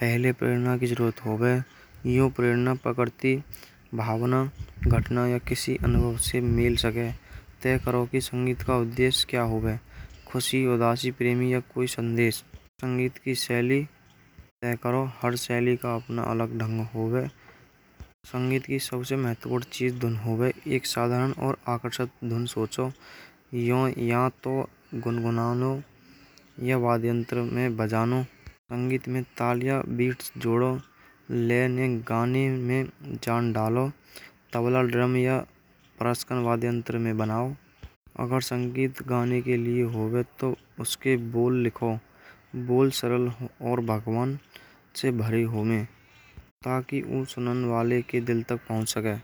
पहिले की जरुरत हो गए यह प्रेरणा पकड़ती भावना घटना। या किसी अनुभव से मेल सके। तय करो की संगीत का उद्देश्य क्या हो। गया खुशी उदासी प्रेमी या कोई सन्देश संगीत की शैली करो। हर शैली का अपना अलग ढंग हो गए। संगीत की सबसे महत्वपूर्ण एक साधारण और आकर्षक धुन सोचो। यों या तो गुनगुना लो। यह वाद्य यंत्र मैं बजाऊं संगीत में तालियां बीट्स जोड़ो लेने गाने में जान डालो। डबल ड्रम या प्राचीन वाद्य यंत्र मैं बनाओ। और संगीत गाने के लिए होगा तो उसके बोल लिखो। बोल सरल और भगवान से भरी होने तक कि उन वाले के दिल तक पहुंच सके।